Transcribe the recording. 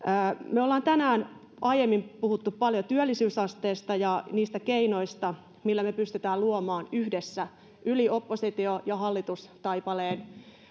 me olemme tänään aiemmin puhuneet paljon työllisyysasteesta ja niistä keinoista joilla me pystymme luomaan yhdessä yli oppositio ja hallitustaipaleen